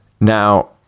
Now